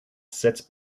sits